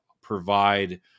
provide